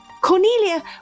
Cornelia